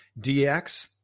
DX